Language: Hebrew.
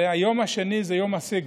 היום השני זה יום הסיגד.